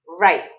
right